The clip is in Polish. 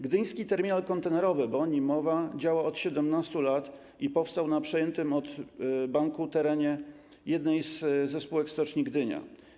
Gdyński terminal kontenerowy, bo o nim mowa, działa od 17 lat i powstał na przejętym od banku terenie jednej ze spółek Stoczni Gdynia.